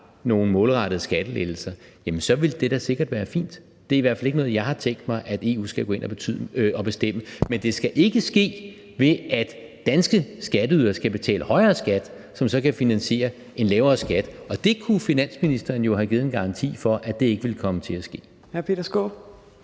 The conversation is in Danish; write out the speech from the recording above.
nogle målrettede skattelettelser, jamen så vil det da sikkert være fint. Det er i hvert fald ikke noget, jeg har tænkt mig at EU skal gå ind at bestemme. Men det skal ikke ske ved, at danske skatteydere skal betale højere skat, som så kan finansiere en lavere skat, og det kunne finansministeren jo have givet en garanti for ikke ville komme til at ske. Kl. 14:44